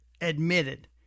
admitted